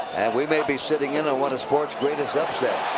we may be sitting in on one of sports' greatest upsets.